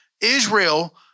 Israel